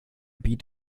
beat